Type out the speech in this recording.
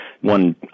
One